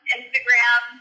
Instagram